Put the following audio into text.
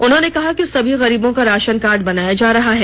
उन्होंने कहा कि सभी गरीबों का राशन कार्ड बनाया जा रहा है